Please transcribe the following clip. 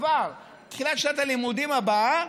כבר בתחילת שנת הלימודים הבאה,